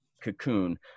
cocoon